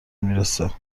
میرسه